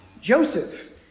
Joseph